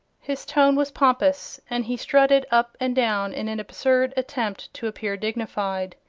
his tone was pompous and he strutted up and down in an absurd attempt to appear dignified.